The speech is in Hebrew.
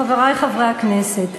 חברי חברי הכנסת,